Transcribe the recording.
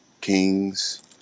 kings